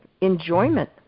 enjoyment